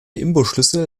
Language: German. imbusschlüssel